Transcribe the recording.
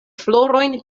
florojn